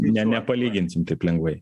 ne nepalyginsim taip lengvai